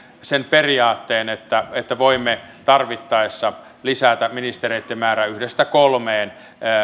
sen periaatteen että että voimme tarvittaessa lisätä ministereitten määrää yhdestä kolmeen